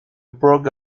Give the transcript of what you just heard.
broke